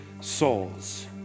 souls